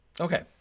Okay